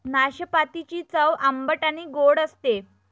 नाशपातीची चव आंबट आणि गोड असते